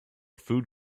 food